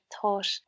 thought